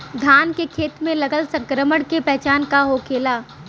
धान के खेत मे लगल संक्रमण के पहचान का होखेला?